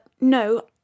No